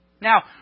Now